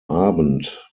abend